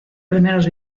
primeros